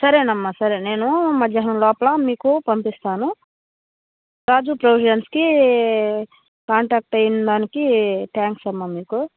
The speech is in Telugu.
సరేనమ్మా సరే నేను మధ్యాహ్నం లోపల మీకు పంపిస్తాను రాజు ప్రొవిజన్స్కి కాంటాక్ట్ అయిన దానికి థ్యాంక్స్ అమ్మా మీకు